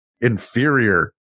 inferior